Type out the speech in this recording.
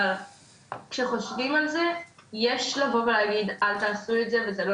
אבל כשחושבים על זה יש לבוא ולהגיד אל תעשו את זה וזה לא